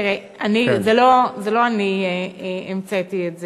תראה, לא אני המצאתי את זה.